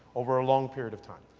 over a long period of time.